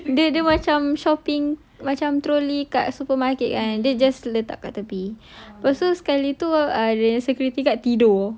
dia dia macam shopping macam trolley kat supermarket kan then just letak kat tepi lepas tu sekali tu yang security guard tidur